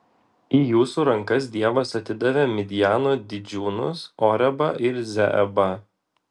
į jūsų rankas dievas atidavė midjano didžiūnus orebą ir zeebą